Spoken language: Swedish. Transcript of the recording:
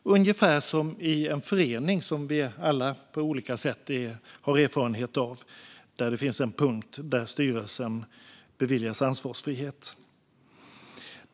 Det är ungefär som i en förening, som vi alla på olika sätt har erfarenhet av, där det finns en punkt där styrelsen beviljas ansvarsfrihet.